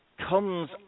Comes